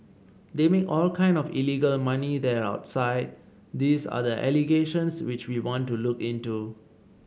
they make all kind of illegal money there outside these are the allegations which we want to look into